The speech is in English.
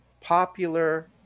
popular